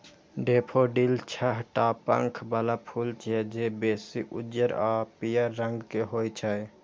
daffodil छह टा पंख बला फूल छियै, जे बेसी उज्जर आ पीयर रंग के होइ छै